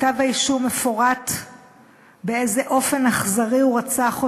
בכתב האישום מפורט באיזה אופן אכזרי הוא רצח אותה.